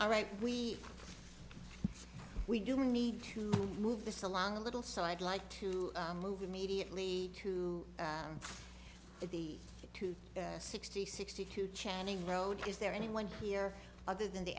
all right we we do need to move this along a little so i'd like to move immediately to the two sixty sixty two channing road is there anyone here other than the